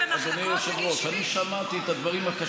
אני שמעתי אותך.